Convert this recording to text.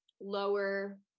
lower